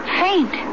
faint